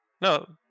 No